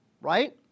right